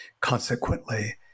consequently